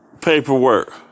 paperwork